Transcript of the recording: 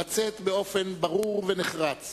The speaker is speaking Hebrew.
לצאת באופן ברור ונחרץ